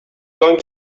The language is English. going